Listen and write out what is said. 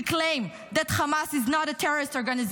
to claim that Hamas is not a terrorist organization?